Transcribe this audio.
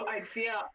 idea